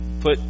put